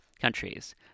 countries